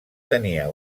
tenia